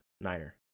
Niner